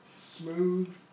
smooth